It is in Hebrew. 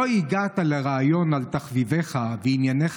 לא הגעת לריאיון על תחביבייך ועניינך